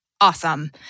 awesome